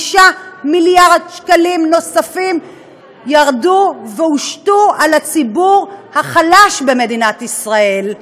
5 מיליארד שקלים נוספים ירדו והושתו על הציבור החלש במדינת ישראל,